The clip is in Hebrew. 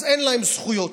אז אין להם זכויות.